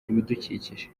ibidukikije